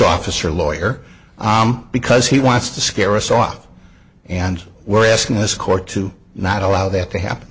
officer lawyer because he wants to scare us off and we're asking this court to not allow that to happen